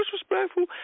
disrespectful